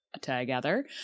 together